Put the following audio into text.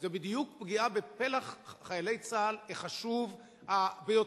זאת בדיוק פגיעה בפלח חיילי צה"ל החשוב ביותר,